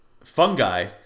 fungi